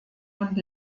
und